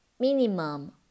Minimum